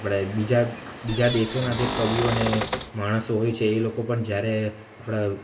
આપણે બીજા બીજા દેશોના જે કવિઓ અને માણસો હોય છે એ લોકો પણ જ્યારે આપણા